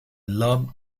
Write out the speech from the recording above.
loved